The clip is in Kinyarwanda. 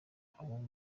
abo